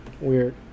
weird